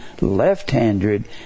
left-handed